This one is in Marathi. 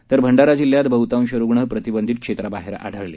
तर भंडारा जिल्ह्यात बहुतांश रुग्ण प्रतिबंधित क्षेत्राबाहेर आढळले